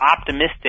optimistic